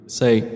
say